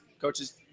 coaches